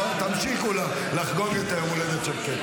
תמשיכו לחגוג את היום הולדת של קטי.